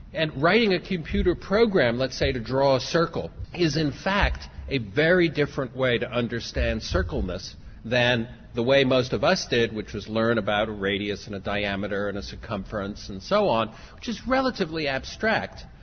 and writing a computer program let's say to draw a circle is in fact a very different way to understand circleness than the way most of us did which was learn about a radius and a diameter and a circumference and so on which was relatively abstract.